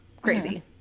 crazy